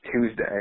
Tuesday